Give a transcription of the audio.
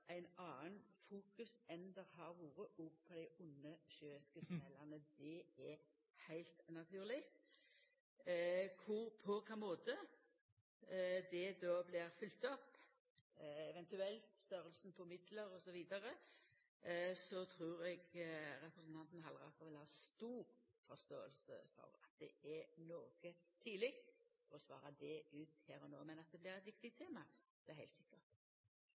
enn det har vore òg på dei undersjøiske tunnelane – det er heilt naturleg. Når det gjeld på kva måte det blir følgt opp, eventuelt storleik på midlar osv., trur eg representanten Halleraker vil ha stor forståing for at det er noko tidleg å svara her og no, men at det blir eit viktig tema,